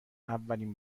اولین